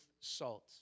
salt